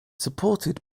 supported